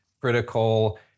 critical